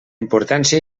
importància